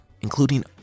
including